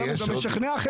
הוא גם משכנע אחרים.